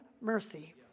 mercy